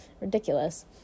Ridiculous